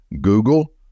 Google